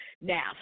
Now